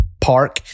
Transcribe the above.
park